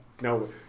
No